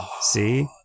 See